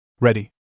Ready